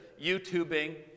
YouTubing